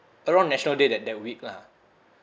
around national day there that week lah